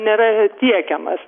nėra tiekiamas